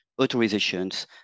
authorizations